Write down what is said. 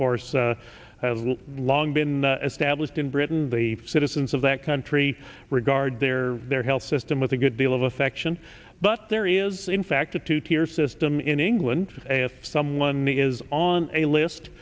course long been established in britain the citizens of that country regard their their health system with a good deal of affection but there is in fact a two tier system in england if someone is on a list